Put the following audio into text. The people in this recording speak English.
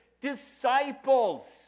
disciples